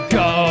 go